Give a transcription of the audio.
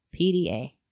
PDA